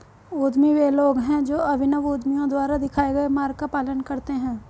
उद्यमी वे लोग हैं जो अभिनव उद्यमियों द्वारा दिखाए गए मार्ग का पालन करते हैं